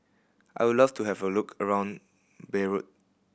I'll love to have a look around Beirut